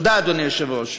תודה, אדוני היושב-ראש.